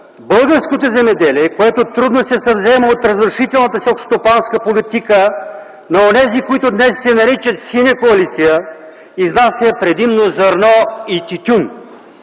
българското земеделие, което трудно се съвзема от разрушителната селскостопанска политика на онези, които днес се наричат Синя коалиция, изнася предимно зърно и тютюн.